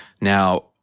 Now